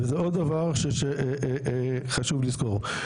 וזה עוד דבר שחשוב לזכור.